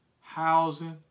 housing